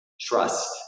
Trust